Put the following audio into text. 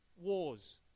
wars